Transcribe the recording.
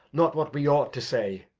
not what we ought to say.